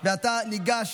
אינו נוכח,